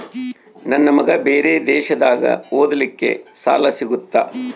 ನನ್ನ ಮಗ ಬೇರೆ ದೇಶದಾಗ ಓದಲಿಕ್ಕೆ ಸಾಲ ಸಿಗುತ್ತಾ?